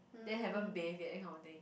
then haven't bathed yet that kind of thing